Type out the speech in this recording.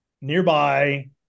nearby